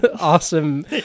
awesome